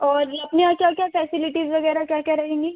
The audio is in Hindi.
और अपने यहाँ क्या क्या फैसिलिटीज वगैरह क्या क्या रहेंगी